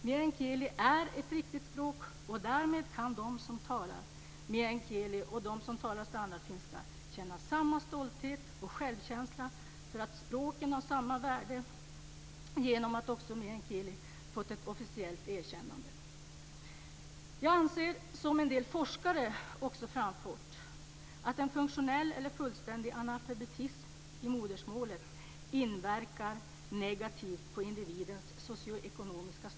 Meänkieli är ett riktigt språk, och därmed kan de som talar meänkieli och de som talar standardfinska känna samma stolthet och självkänsla för att språken har samma värde genom att också meänkieli fått ett officiellt erkännande. Jag anser, som också en del forskare har framfört, att en funktionell eller fullständig analfabetism i modersmålet inverkar negativt på individens socioekonomiska status.